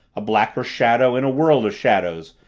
a blacker shadow in a world of shadows,